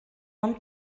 ond